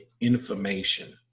information